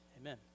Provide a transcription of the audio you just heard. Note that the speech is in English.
Amen